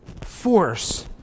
force